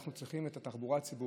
אנחנו צריכים את התחבורה הציבורית